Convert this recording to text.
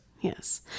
yes